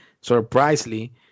surprisingly